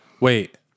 Wait